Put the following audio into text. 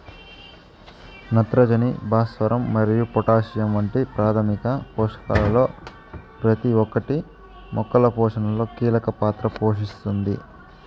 నత్రజని, భాస్వరం మరియు పొటాషియం వంటి ప్రాథమిక పోషకాలలో ప్రతి ఒక్కటి మొక్కల పోషణలో కీలక పాత్ర పోషిస్తుంది